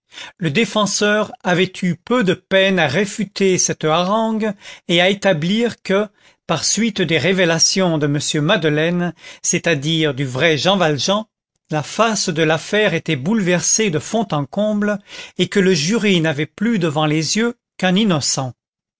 le défenseur avait eu peu de peine à réfuter cette harangue et à établir que par suite des révélations de m madeleine c'est-à-dire du vrai jean valjean la face de l'affaire était bouleversée de fond en comble et que le jury n'avait plus devant les yeux qu'un innocent